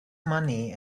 money